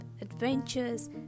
adventures